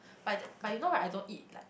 but but you know right I don't eat like